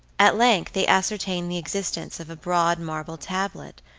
at length they ascertained the existence of a broad marble tablet,